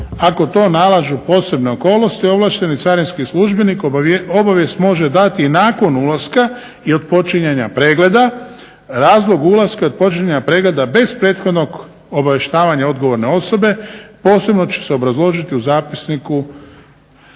ako to nalažu posebne okolnosti ovlašteni carinski službenik obavijest može dati i nakon ulaska i od počinjanja pregleda. Razlog ulaska od počinjanja pregleda bez prethodnog obavještavanja odgovorne osobe posebno će se obrazložiti u zapisniku